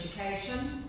education